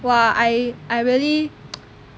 !wah! I I really